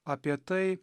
apie tai